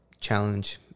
challenge